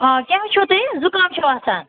آ کیٛاہ حظ چھُ تۅہہِ زُکام چھُ آسان